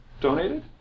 donated